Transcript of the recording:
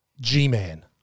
G-Man